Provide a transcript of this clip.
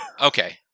Okay